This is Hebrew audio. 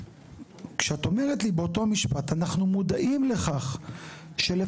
כשאת אומרת לי באותו משפט אנחנו מודעים לכך שלפחות